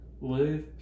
live